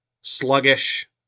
sluggish